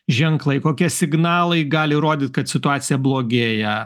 ženklai kokie signalai gali rodyt kad situacija blogėja